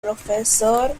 profesor